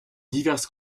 diverses